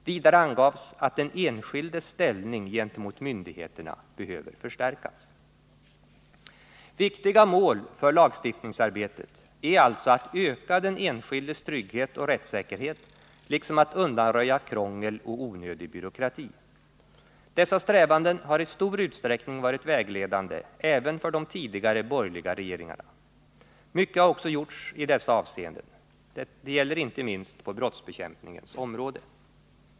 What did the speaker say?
Vidare angavs att den enskildes ställning gentemot myndigheterna behöver förstärkas. Viktiga mål för lagstiftningsarbetet är alltså att öka den enskildes trygghet och rättssäkerhet liksom att undanröja krångel och onödig byråkrati. Dessa strävanden har i stor utsträckning varit vägledande även för de tidigare borgerliga regeringarna. Mycket har också gjorts i dessa avseenden. Det gäller inte minst på brottsbekämpningens område.